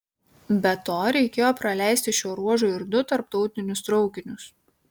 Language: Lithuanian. be to reikėjo praleisti šiuo ruožu ir du tarptautinius traukinius